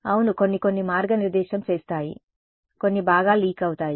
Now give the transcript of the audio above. అవును కొన్ని కొన్ని మార్గనిర్దేశం చేస్తాయి కొన్ని బాగా లీక్ అవుతాయి